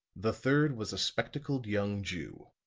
the third was a spectacled young jew,